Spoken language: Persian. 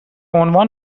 عنوان